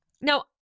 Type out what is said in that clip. Now